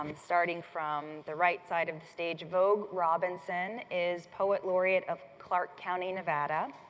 um starting from the right side of the stage vogue robinson is poet laureate of clark county nevada.